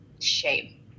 shame